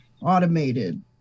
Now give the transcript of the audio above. automated